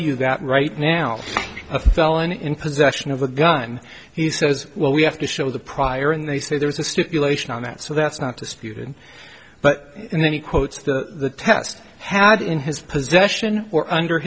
you that right now a felon in possession of a gun he says well we have to show the prior and they say there's a stipulation on that so that's not disputed but then he quotes the test had in his possession or under